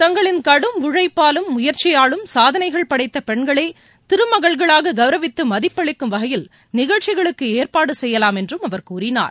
தங்களின் கடும் உழைப்பாலும் முயற்சியாலும் சாதனைகள் படைத்த பெண்களை திருமகள்களாக கவுரவித்து மதிப்பளிக்கும் வகையில் நிகழ்ச்சிகளுக்கு ஏற்பாடு செய்யலாம் என்றும் அவர் கூறினார்